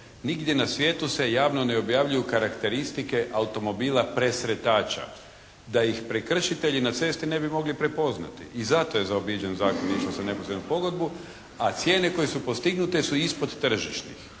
Nigdje u svijetu se javno ne objavljuju karakteristike automobila presretača. Da ih prekršitelji na cesti ne bi mogli prepoznati. I zato je zaobiđen Zakon, išlo se na neposrednu pogodbu. A cijene koje su postignute su ispod tržišnih.